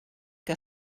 que